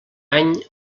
any